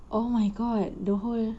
oh my god the whole